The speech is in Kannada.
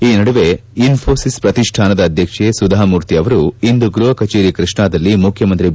ಈ ನಡುವೆ ಇನ್ನೋಸಿಸ್ ಪ್ರತಿಷ್ಠಾನದ ಅಧ್ಯಕ್ಷೆ ಸುಧಾ ಮೂರ್ತಿ ಅವರು ಇಂದು ಗೃಹ ಕಚೇರಿ ಕೃಷ್ಣಾದಲ್ಲಿ ಮುಖ್ಯಮಂತ್ರಿ ಬಿ